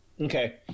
Okay